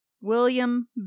William